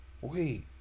Wait